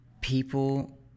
people